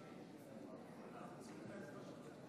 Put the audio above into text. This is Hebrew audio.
להלן תוצאות ההצבעה: